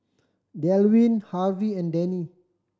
Delwin Harvey and Dannie